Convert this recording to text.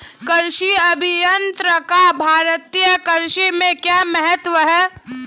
कृषि अभियंत्रण का भारतीय कृषि में क्या महत्व है?